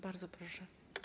Bardzo proszę.